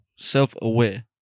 self-aware